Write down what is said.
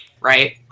right